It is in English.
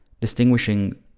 distinguishing